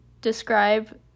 describe